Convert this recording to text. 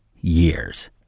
years